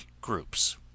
groups